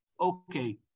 okay